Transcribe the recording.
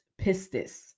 pistis